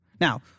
Now